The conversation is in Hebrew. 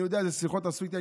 אני יודע איזה שיחות עשו איתי.